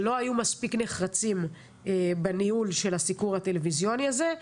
שלא היו מספיק נחרצים בניהול הסיקור הטלוויזיוני הזה.